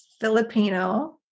Filipino